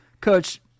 Coach